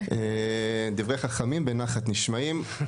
דברי חכמים בנחת נשמעים.